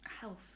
Health